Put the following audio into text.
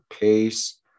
pace